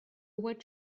what